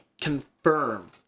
confirm